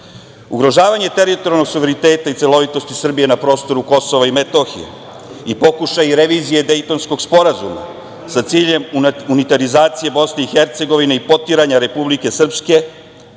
jedinstvo. Ugrožavanje teritorijalnog suvereniteta i celovitosti Srbije na prostoru Kosova i Metohije i pokušaji revizije Dejtonskog sporazuma sa ciljem unitarizacije Bosne i Hercegovine i potiranja Republike Srpske